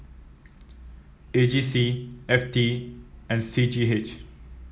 A G C F T and C G H